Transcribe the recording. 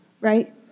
right